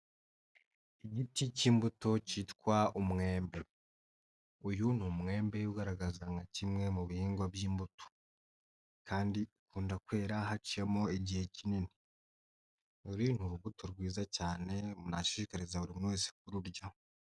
Igiti cy'imbuto cyitwa umwembe, uyu ni umwembe ugaragaza nka kimwe mu bihingwa by'imbuto kandi ukunda kwera hacimo igihe kinini, uru ni urubuto rwiza cyane nashishikariza buri muntu wese kururya.